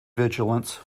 vigilance